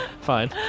Fine